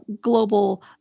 Global